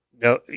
No